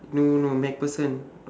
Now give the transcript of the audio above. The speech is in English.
no no macpherson